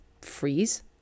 freeze